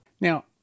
Now